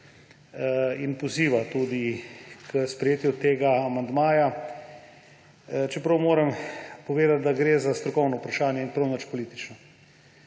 in poziva tudi k sprejetju tega amandmaja, čeprav moram povedati, da gre za strokovno vprašanje in prav nič politično.